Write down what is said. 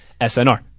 SNR